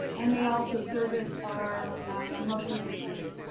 and they also service our emotionally disturbed.